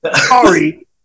Sorry